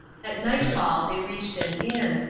at night-fall they reached an inn,